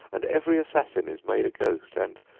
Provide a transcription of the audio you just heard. and every assassin is made a ghost and,